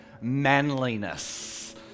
Manliness